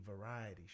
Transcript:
variety